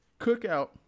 cookout